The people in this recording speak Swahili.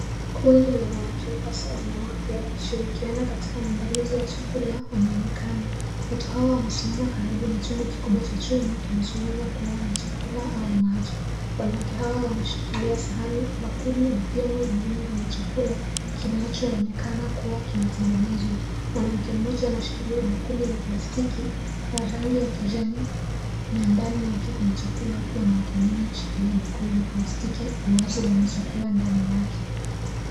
Kundi la watu hasa wanawake wakishirikiana katika maandalizi ya chakula wanaonekana, watu hawa wamesimama chungu kikubwa cha chuma kinachoweza kuwa na chakula au maji, wanawake hawa wanashikilia sahani bakuli na vyombo vingine vya chakula kinachoonekana kuwa kinatengenezwa, mwanamke mmoja anashikilia bakuli la plastiki ya rangi ya kijani na ndani yake kuna chakula huku wanawake wengine wakishikilia bakuli la plastiki wazi lenye chakula ndani yake.